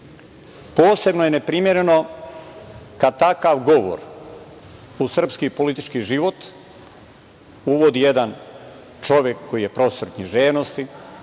psima. Posebno je neprimereno kada takav govor u srpski politički život uvodi jedan čovek koji je profesor književnosti,